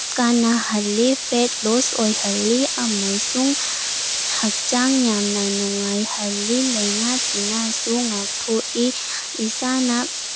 ꯀꯥꯟꯅꯍꯜꯂꯤ fat loss ꯑꯣꯏꯍꯜꯂꯤ ꯑꯃꯁꯨꯡ ꯍꯛꯆꯥꯡ ꯌꯥꯝꯅ ꯅꯨꯡꯉꯥꯏꯍꯜꯂꯤ ꯂꯥꯏꯅꯥ ꯇꯤꯅꯥꯁꯨ ꯉꯥꯛꯊꯣꯛꯏ ꯏꯁꯥꯅ